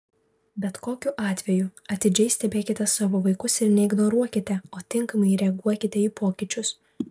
bet kokiu atveju atidžiai stebėkite savo vaikus ir neignoruokite o tinkamai reaguokite į pokyčius